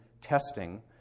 testing